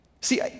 see